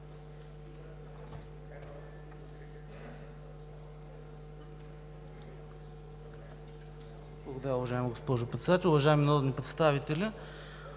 (ГЕРБ): Уважаема госпожо Председател, уважаеми народни представители!